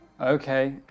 Okay